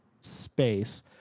space